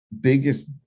biggest